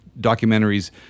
documentaries